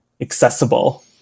accessible